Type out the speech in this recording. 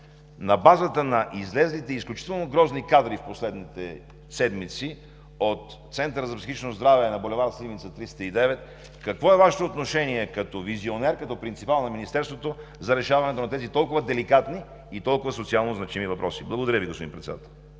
на базата на излезлите изключително грозни кадри в последните седмици от Центъра за психично здраве на бул. „Сливница“ № 209, какво е Вашето отношение като визионер, като принципал на Министерството за решаването на тези толкова деликатни и толкова социално значими въпроси. Благодаря Ви, господин Председател.